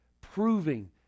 Proving